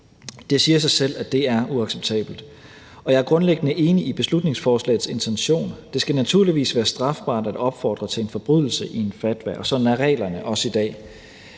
Det siger sig selv, at det er uacceptabelt, og jeg er grundlæggende enig i beslutningsforslagets intention. Det skal naturligvis være strafbart at opfordre til en forbrydelse i en fatwa, og sådan er reglerne også i dag.